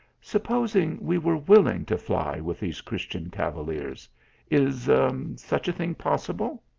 supposing we were willing to fly with these christian cavaliers is such a thing possible?